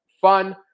fun